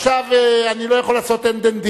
עכשיו אני לא יכול לעשות "אן-דן-דינו",